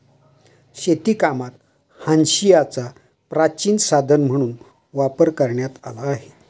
शेतीकामात हांशियाचा प्राचीन साधन म्हणून वापर करण्यात आला आहे